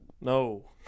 No